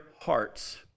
hearts